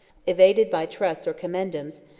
evaded by trusts or commendams,